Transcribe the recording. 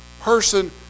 person